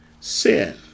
sin